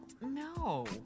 No